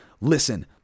listen